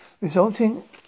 Resulting